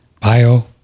Bio